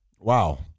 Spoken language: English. wow